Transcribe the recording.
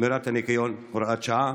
שמירת הניקיון (הוראת שעה).